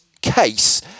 case